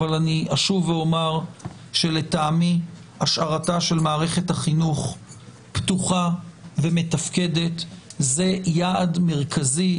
אבל לטעמי השארתה של מערכת החינוך פתוחה ומתפקדת זה יעד מרכזי,